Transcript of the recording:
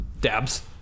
Dabs